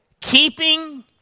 keeping